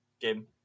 game